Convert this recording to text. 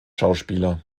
schauspieler